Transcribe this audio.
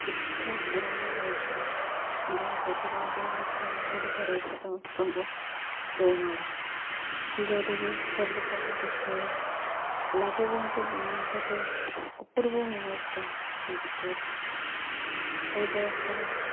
ଉଚ୍ଚ ସ୍ତରର ରହିଛି ଯେଉଁ ସେଥିପାଇଁ ଦିଆହେଉଛିି ଓଡ଼ିଶାର ଉଚ୍ଚତମ ଶୃଙ୍ଗ ଦେଓମାଳି ଯେଉଁଠିକି ସବୁଯାକ ଦେଖିହୁଏ ଲାଗେ ଯେମିତି ଗୋଟିଏ ଅପୂର୍ବ ମୁହୂର୍ତ୍ତ ବିତେଇ ସାରିଛି ସେହି ପ୍ରକାର